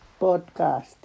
podcast